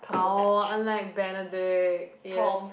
oh I like Benedict yes